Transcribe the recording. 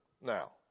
now